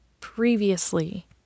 previously